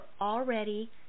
already